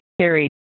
carried